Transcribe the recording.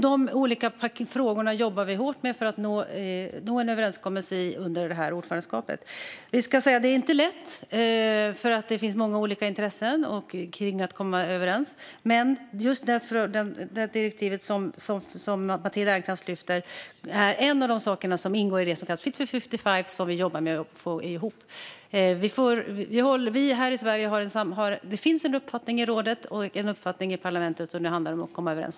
De olika frågorna jobbar vi hårt med för att nå en överenskommelse om under det här ordförandeskapet. Detta är inte lätt, ska jag säga, för det finns många olika intressen när man ska komma överens. Men just det direktiv som Matilda Ernkrans tar upp är en av de saker som ingår i det som kallas Fit for 55, som vi jobbar med att få ihop. Det finns en uppfattning i rådet och en uppfattning i parlamentet, och nu handlar det om att komma överens.